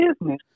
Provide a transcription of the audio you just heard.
business